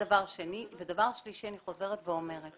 אני חוזרת ואומרת